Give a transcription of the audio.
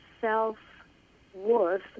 self-worth